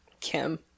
Kim